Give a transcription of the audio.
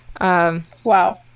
Wow